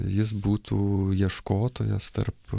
jis būtų ieškotojas tarp